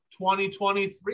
2023